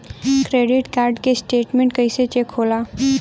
Credit card के statement कइसे check होला?